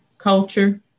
Culture